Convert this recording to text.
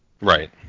Right